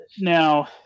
Now